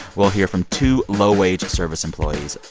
we'll hear from two low-wage service employees.